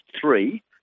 three